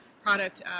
product